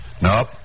Nope